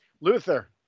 Luther